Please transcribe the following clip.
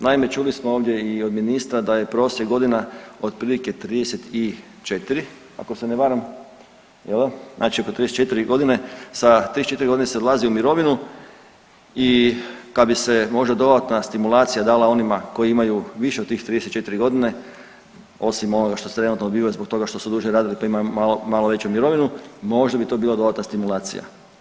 Naime, čuli smo ovdje i od ministra da je prosjek godina otprilike 34 ako se ne varam, jel da, znači oko 34.g., sa 34.g. se odlazi u mirovinu i kad bi se možda dodatna stimulacija dala onima koji imaju više od tih 34.g. osim onoga što su trenutno dobivali zbog toga što su duže radili, pa imaju malo veću mirovinu, možda bi to bila dodatna stimulacija.